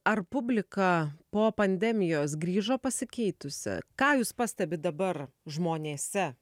ar publika po pandemijos grįžo pasikeitusi ką jūs pastebit dabar žmonėse